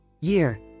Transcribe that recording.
Year